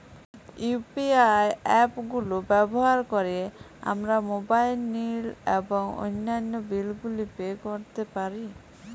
UPI app গুলো ব্যবহার করে আমরা মোবাইল নিল এবং অন্যান্য বিল গুলি পে করতে পারি